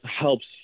helps